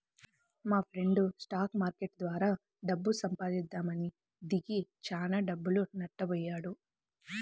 మాఫ్రెండు stock market ద్వారా డబ్బు సంపాదిద్దామని దిగి చానా డబ్బులు నట్టబొయ్యాడు